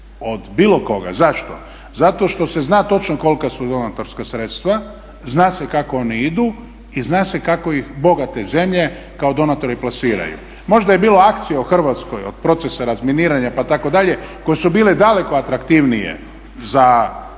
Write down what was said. od bilo koga. Zašto? Zato što se zna točno kolika su donatorska sredstva, zna se kako ona idu i zna se kako ih bogate zemlje kao donatore plasiraju. Možda je bilo akcija u Hrvatskoj od procesa razminiranja pa tako dalje koje su bile daleko atraktivnije za donatorsko